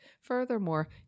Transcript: Furthermore